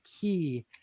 key